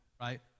right